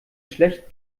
schlecht